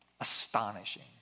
Astonishing